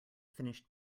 finished